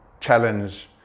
challenge